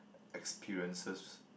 experiences